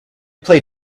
play